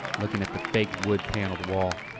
looking at the fake wood paneled wall,